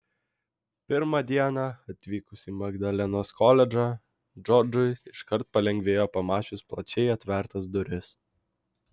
pirmą dieną atvykus į magdalenos koledžą džordžui iškart palengvėjo pamačius plačiai atvertas duris